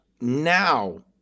now